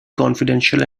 confidential